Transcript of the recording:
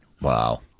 Wow